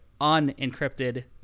unencrypted